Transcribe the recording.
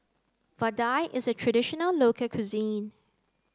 Vadai is a traditional local cuisine